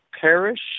Parish